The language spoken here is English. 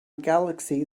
galaxy